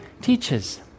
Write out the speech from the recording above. teaches